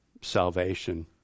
salvation